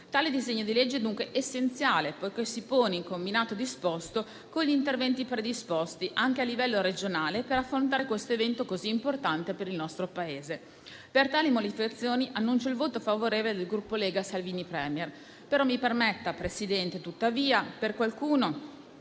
Tale disegno di legge è dunque essenziale, poiché si pone in combinato disposto con gli interventi predisposti anche a livello regionale, per affrontare questo evento così importante per il nostro Paese. Per tali motivazioni, annuncio il voto favorevole del Gruppo Lega-Salvini Premier. Mi permetta, Presidente, però di sottolineare